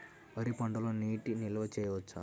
వరి పంటలో నీటి నిల్వ చేయవచ్చా?